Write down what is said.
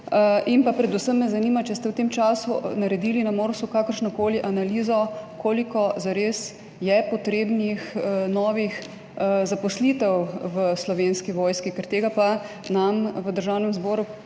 Predvsem me zanima: Ali ste v tem času naredili na Morsu kakršnokoli analizo, koliko je zares potrebnih novih zaposlitev v Slovenski vojski? Tega pa nam v Državnem zboru